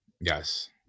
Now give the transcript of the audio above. Yes